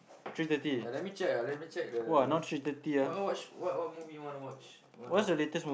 yeah let me check ah let me check the what what watch what what movie you want to watch you want to watch